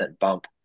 bump